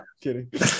Kidding